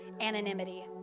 anonymity